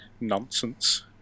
nonsense